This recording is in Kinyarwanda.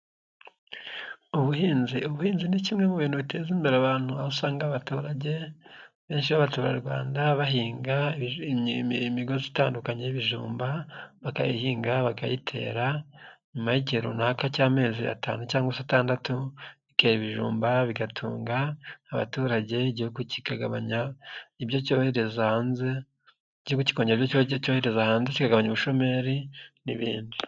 Ubuhinzi, ubuhinzi ni kimwe mu bintu biteza imbere abantu aho usanga abaturage benshi b'abaturarwanda bahinga imigozi itandukanye y'ibijumba bakayihinga, bakayitera nyuma y'igihe runaka cy'amezi atanu cyangwa se atandatu bikera ibijumba bigatunga abaturage igihugu kikagabanya ibyo cyohereza hanze, igihugu kikongera ibyo cyohereza hanze kikagabanya ubushomeri n'ibindi.